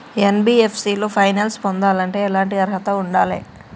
NBFC లో finance పొందాలంటే ఎట్లాంటి అర్హత ఉండాలే?